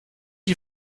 die